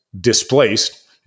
displaced